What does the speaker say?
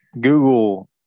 Google